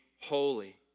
holy